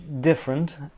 different